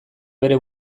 bere